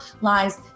lies